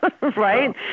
right